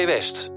West